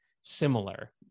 similar